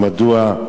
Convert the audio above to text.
ומדוע?